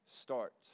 starts